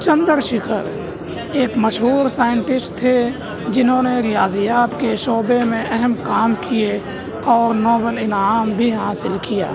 چندر شیکھر ایک مشہور سائنٹسٹ تھے جنہوں نے ریاضیات کے شعبے میں اہم کام کیے اور نوبل انعام بھی حاصل کیا